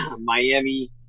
Miami